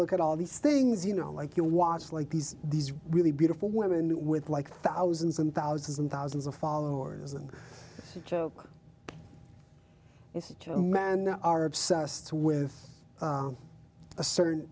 look at all these things you know like you watch like these these really beautiful women with like thousands and thousands and thousands of followers and insecure men are obsessed with a certain